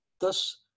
Thus